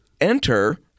enter